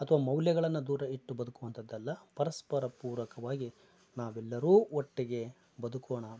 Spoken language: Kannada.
ಮೌಲ್ಯಗಳನ್ನ ದೂರ ಇಟ್ಟು ಬದುಕುವಂಥದ್ದಲ್ಲ ಪರಸ್ಪರ ಪೂರಕವಾಗಿ ನಾವೆಲ್ಲರೂ ಒಟ್ಟಿಗೆ ಬದುಕೋಣ